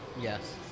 Yes